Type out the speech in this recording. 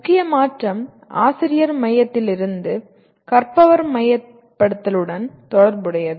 முக்கிய மாற்றம் ஆசிரியர் மையத்திலிருந்து கற்பவர் மையப்படுத்தலுடன் தொடர்புடையது